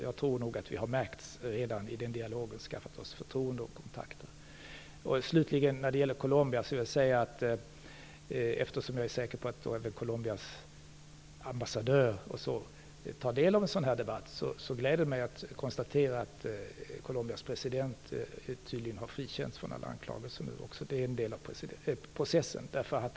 Jag tror nog att vi redan har märkts i den dialogen och skaffat oss förtroende och kontakter. Slutligen vill jag beträffande Colombia säga, eftersom jag är säker på att även Colombias ambassadör tar del av en sådan här debatt, att det gläder mig att konstatera att Colombias president nu tydligen har frikänts från alla anklagelser. Det är en del av processen.